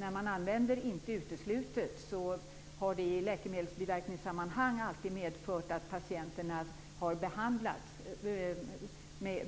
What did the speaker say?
När man använder begreppet "inte uteslutet" i läkemedelsbiverkningssammanhang har det alltid medfört att patienterna har behandlats